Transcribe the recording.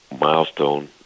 milestone